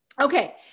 Okay